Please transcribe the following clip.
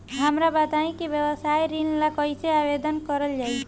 हमरा बताई कि व्यवसाय ऋण ला कइसे आवेदन करल जाई?